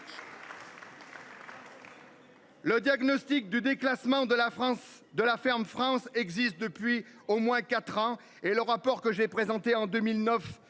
Le diagnostic du déclassement de la France de la ferme France existe depuis au moins quatre ans et le rapport que j'ai présenté en 2009